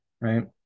right